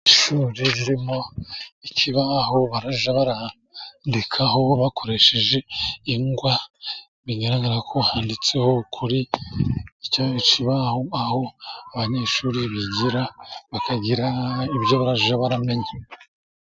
Ishuri ririmo ikibaho bazajya bandikaho bakoresheje ingwa, bigaragara ko handitseho kuri icyo kibaho, aho abanyeshuri bigira bakagira ibyo bajya bamenya.